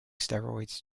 steroids